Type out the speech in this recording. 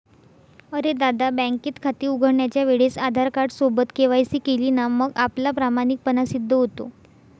अरे दादा, बँकेत खाते उघडण्याच्या वेळेस आधार कार्ड सोबत के.वाय.सी केली ना मग आपला प्रामाणिकपणा सिद्ध होतो